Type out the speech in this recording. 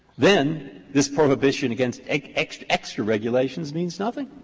then this prohibition against extra, extra regulations means nothing.